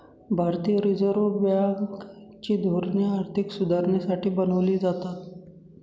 भारतीय reserve bank ची धोरणे आर्थिक सुधारणेसाठी बनवली जातात